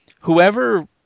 Whoever